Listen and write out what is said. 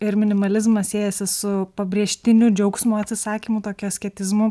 ir minimalizmas siejasi su pabrėžtiniu džiaugsmo atsisakymu tokia asketizmu